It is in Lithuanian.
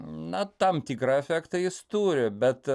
na tam tikra efektą jis turi bet